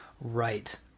Right